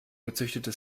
gezüchtete